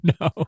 No